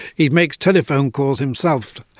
he makes telephone calls himself,